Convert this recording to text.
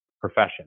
profession